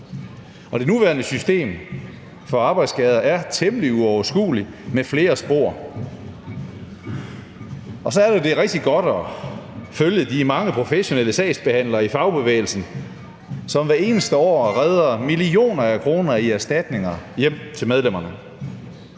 Det nuværende system for arbejdsskader er temmelig uoverskueligt med flere spor, og så er det jo, at det er rigtig godt at følge de mange professionelle sagsbehandlere i fagbevægelsen, som hvert eneste år redder millioner af kroner i erstatninger hjem til medlemmerne.